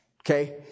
Okay